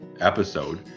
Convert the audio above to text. episode